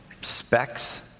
specs